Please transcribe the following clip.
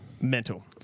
Mental